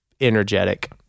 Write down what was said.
energetic